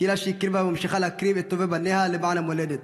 קהילה שהקריבה וממשיכה להקריב את טובי בניה למען המולדת.